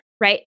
right